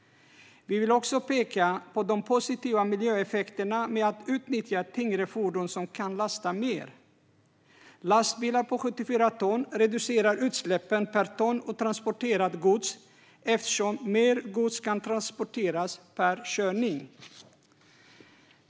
Vi vill också peka på de positiva miljöeffekterna med att utnyttja tyngre fordon som kan lasta mer. Lastbilar på 74 ton reducerar utsläppen per ton transporterat gods eftersom mer gods kan transporteras per körning.